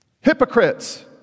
Hypocrites